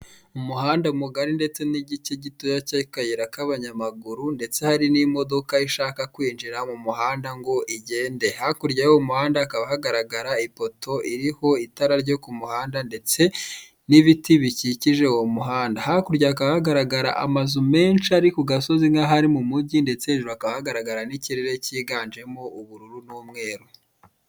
Umuhanda mugari ndetse n'igice gitoya cy'akayira k'abanyamaguru, ndetse hari n'imodoka ishaka kwinjira mu muhanda ngo igende. Hakurya y'uwo muhanda hakaba hagaragara ipoto iriho itara ryo ku muhanda ndetse n'ibiti bikikije uwo muhanda. Hakurya hakaba hagaragara amazu menshi aro ku gasozi nk'aho ari mu mugi, ndetse hejuru hakaba hagaragara n'ikirere cyiganjemo ubururu n'umweru.